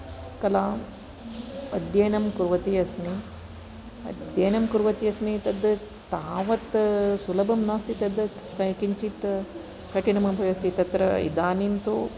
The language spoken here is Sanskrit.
कलाम् अध्ययनं कुर्वती अस्मि अध्ययनं कुर्वती अस्मि तद् तावत् सुलभं नास्ति तद् किञ्चित् कठिनमपि अस्ति तत्र इदानीं तु